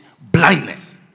Blindness